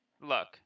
Look